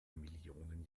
millionen